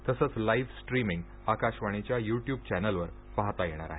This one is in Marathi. तसंच लाईव्ह स्ट्रीमिंग आकाशवाणीच्या यूट्यूब चॅनेलवर बघता येणार आहे